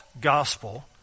gospel